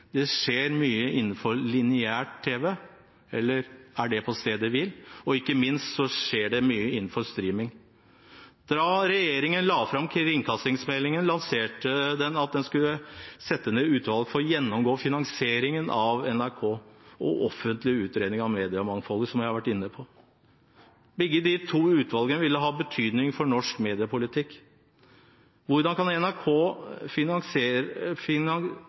Det skjer mye innenfor lineær tv, eller er det på stedet hvil? Ikke minst skjer det mye innenfor strømming. Da regjeringen la fram kringkastingsmeldingen, lanserte den at den skulle sette ned et utvalg for å gjennomgå finansieringen av NRK, og at den ville få en offentlig utredning om mediemangfoldet, som jeg har vært inne på. Begge de to utvalgene vil ha betydning for norsk mediepolitikk. Hvordan NRK